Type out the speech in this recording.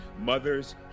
mothers